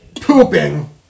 pooping